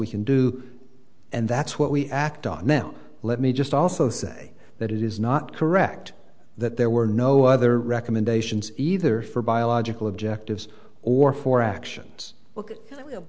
we can do and that's what we act on now let me just also say that it is not correct that there were no other recommendations either for biological objectives or for actions look